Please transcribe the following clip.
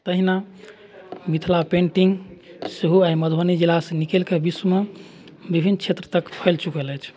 तहिना मिथिला पेन्टिङ्ग सेहो आइ मधुबनी जिलासँ निकलिकऽ विश्वमे विभिन्न क्षेत्र तक फैल चुकल अछि